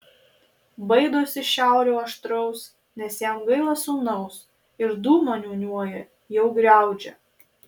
baidosi šiaurio aštraus nes jam gaila sūnaus ir dūmą niūniuoja jau griaudžią